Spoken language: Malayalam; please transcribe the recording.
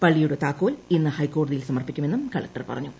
പള്ളിയുടെ താക്കോൽ ഇന്ന് ഹൈക്കോടതിയിൽ സമർപ്പിക്കുമെന്നും കളക്ടർ പറഞ്ഞു